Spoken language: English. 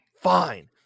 Fine